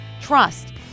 trust